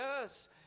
yes